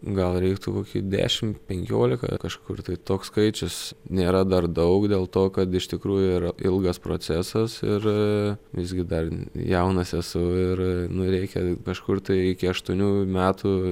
gal reiktų kokį dešim penkiolika kažkur tai toks skaičius nėra dar daug dėl to kad iš tikrųjų yra ilgas procesas ir visgi dar jaunas esu ir nu reikia kažkur tai iki ašutonių metų